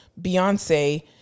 Beyonce